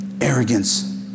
arrogance